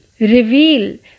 Reveal